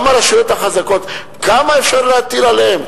גם הרשויות החזקות, כמה אפשר להטיל עליהן?